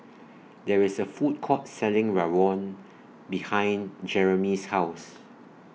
There IS A Food Court Selling Rawon behind Jereme's House